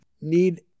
need